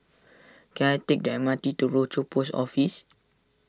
can I take the M R T to Rochor Post Office